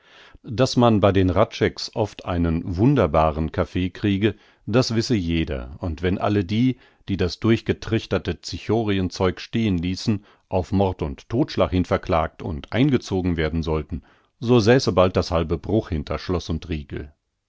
daß man bei den hradschecks oft einen wunderbaren kaffee kriege das wisse jeder und wenn alle die die das durchgetrichterte cichorienzeug stehn ließen auf mord und todtschlag hin verklagt und eingezogen werden sollten so säße bald das halbe bruch hinter schloß und riegel